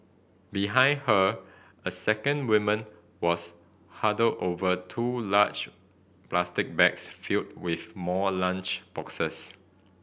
behind her a second woman was huddled over two large plastic bags filled with more lunch boxes